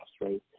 right